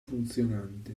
funzionante